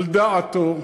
על דעתו,